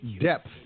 depth